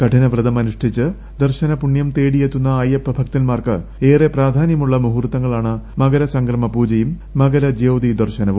കഠിനവ്രതം അനുഷ്ഠിച്ച് ദർശന പുണ്യം തേടിയെത്തുന്ന അയ്യപ്പ ഭക്തന്മാർക്ക് ഏറെ പ്രാധാന്യമുള്ള മുഹൂർത്തങ്ങളാണ് മകരസംക്രമപൂജയും മകരജ്യോതി ദർശനവും